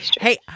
hey